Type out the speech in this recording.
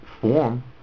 form